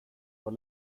var